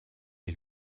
est